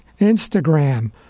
Instagram